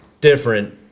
different